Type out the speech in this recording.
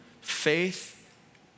Faith